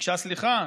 ביקשה סליחה?